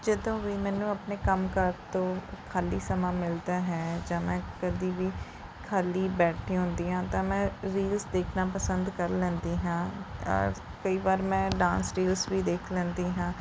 ਜਦੋਂ ਵੀ ਮੈਨੂੰ ਆਪਣੇ ਕੰਮ ਕਾਰ ਤੋਂ ਖਾਲੀ ਸਮਾਂ ਮਿਲਦਾ ਹੈ ਜਾਂ ਮੈਂ ਕਦੀ ਵੀ ਖਾਲੀ ਬੈਠੀ ਹੁੰਦੀ ਹਾਂ ਤਾਂ ਮੈਂ ਰੀਲਸ ਦੇਖਣਾ ਪਸੰਦ ਕਰ ਲੈਂਦੀ ਹਾਂ ਤਾਂ ਕਈ ਵਾਰ ਮੈਂ ਡਾਂਸ ਰੀਲਜ਼ ਵੀ ਦੇਖ ਲੈਂਦੀ ਹਾਂ